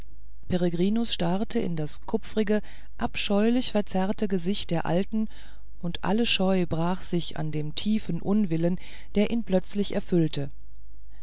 peregrinus starrte in das kupfrige abscheulich verzerrte gesicht der alten und alle scheu brach sich an dem tiefen unwillen der ihn plötzlich erfüllte